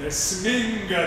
te sminga